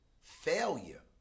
failure